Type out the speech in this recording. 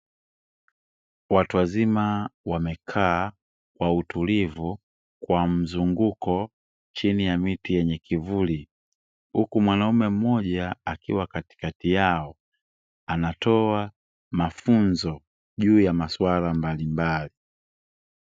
Watu wazima wamekaa kwa utulivu kwa mzunguko chini ya miti yenye kivuli, huku mwanaume mmoja akiwa katikati yao anatoa mafunzo juu ya masuala mbalimbali.